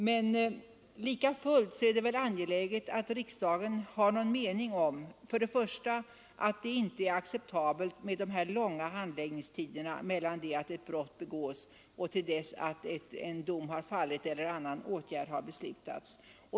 Men det är lika fullt angeläget att riksdagen uttalar sin mening och säger att det inte är acceptabelt med de nuvarande långa handläggningstiderna mellan den dag ett brott begås och den dag då dom har fallit eller annan åtgärd beslutats.